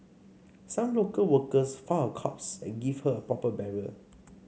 some local workers found her corpse and gave her a proper burial